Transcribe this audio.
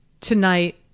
tonight